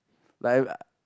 like